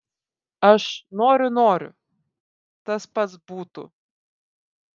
aš noriu noriu tas pats būtų